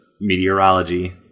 meteorology